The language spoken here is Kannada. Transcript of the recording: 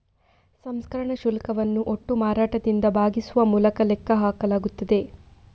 ಸಂಸ್ಕರಣಾ ಶುಲ್ಕವನ್ನು ಒಟ್ಟು ಮಾರಾಟದಿಂದ ಭಾಗಿಸುವ ಮೂಲಕ ಲೆಕ್ಕ ಹಾಕಲಾಗುತ್ತದೆ